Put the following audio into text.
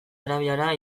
arabiara